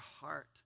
heart